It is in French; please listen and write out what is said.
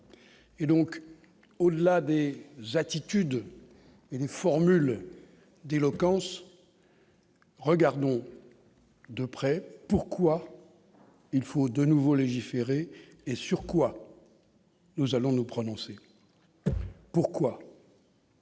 et donc au-delà des attitudes et une formule d'éloquence, regardons de près pourquoi il faut de nouveau légiférer et sur quoi nous allons nous prononcer pourquoi.